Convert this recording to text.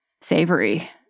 savory